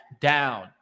down